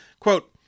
Quote